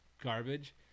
garbage